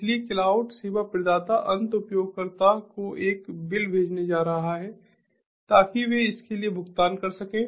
इसलिए क्लाउड सेवा प्रदाता अंत उपयोगकर्ता को एक बिल भेजने जा रहा है ताकि वे इसके लिए भुगतान कर सकें